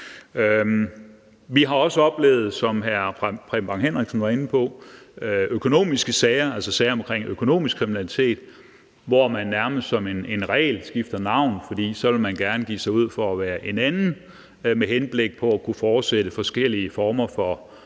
Vi har også oplevet, som hr. Preben Bang Henriksen var inde på, sager om økonomisk kriminalitet, hvor man nærmest som en regel skifter navn, for så vil man gerne give sig ud for at være en anden med henblik på at kunne fortsætte forskellige former for manipulation